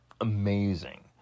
amazing